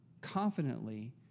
confidently